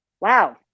wow